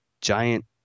giant